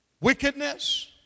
Wickedness